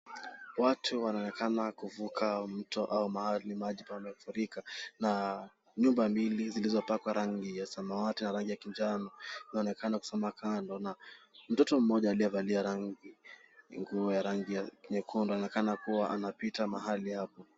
Watu wanaonekana kuvuka mto au mahali maji yamefurika na nyumba mbili zilizopakwa rangi ya samawati na rangi ya kinjano inaonekana kusimama kando. Mtoto mmoja aliyevalia nguo ya rangi ya nyekundu anaonekana kuwa anapita mahali hapa.